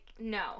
No